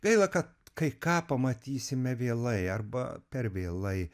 gaila kad kai ką pamatysime vėlai arba per vėlai